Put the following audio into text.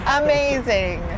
amazing